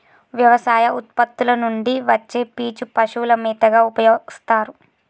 వ్యవసాయ ఉత్పత్తుల నుండి వచ్చే పీచు పశువుల మేతగా ఉపయోస్తారు